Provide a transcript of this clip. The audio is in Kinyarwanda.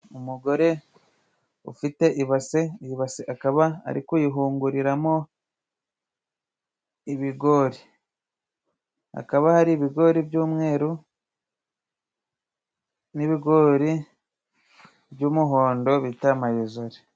Umugore ufite ibase, ibase akaba ari kuyihunguriramo ibigori. Hakaba hari ibigori by'umweru, n'ibigori by'umuhondo bita mayezori